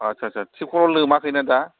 अ आच्चा आच्चा थिबख'लआ लोमाखैना दा